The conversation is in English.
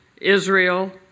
Israel